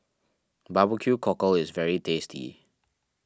Barbecue Cockle is very tasty